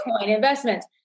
investments